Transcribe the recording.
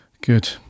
Good